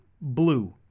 blue